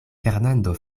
fernando